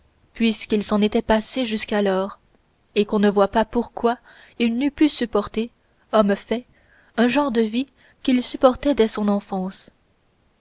puisqu'il s'en était passé jusqu'alors et qu'on ne voit pas pourquoi il n'eût pu supporter homme fait un genre de vie qu'il supportait dès son enfance